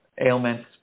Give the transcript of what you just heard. ailments